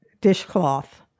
dishcloth